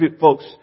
folks